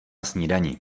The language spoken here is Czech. snídani